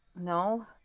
No